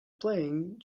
playing